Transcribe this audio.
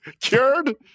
cured